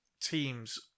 teams